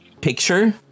picture